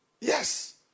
yes